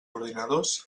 ordinadors